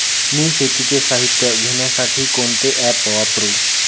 मी शेतीचे साहित्य घेण्यासाठी कोणते ॲप वापरु?